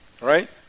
Right